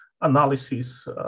analysis